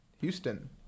Houston